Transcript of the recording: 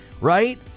right